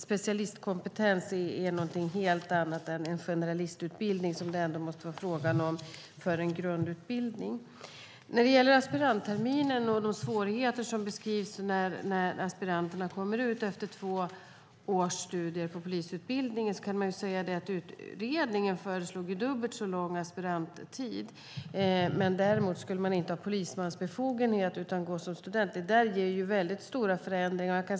Specialistkompetens är någonting helt annat än en generalistutbildning som det ändå måste vara fråga om för en grundutbildning. När det gäller aspirantterminen och de svårigheter som beskrivs och som uppstår när aspiranterna kommer ut efter två års studier på polisutbildningen föreslog utredningen dubbelt så lång aspiranttid. Däremot skulle aspiranterna inte ha polismans befogenhet utan gå som student. Det ger stora förändringar.